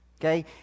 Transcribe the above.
okay